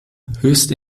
höchst